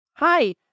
Hi